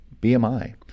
BMI